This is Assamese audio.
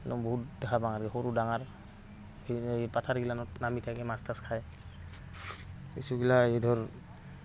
একদম বহুত দেখা পাওঁ আৰু সৰু ডাঙাৰ এই পাথাৰগিলানত নামি থাকে মাছ তাছ খায় কিছুগিলা এই ধৰ